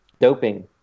doping